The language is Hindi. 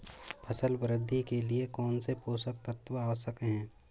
फसल वृद्धि के लिए कौनसे पोषक तत्व आवश्यक हैं?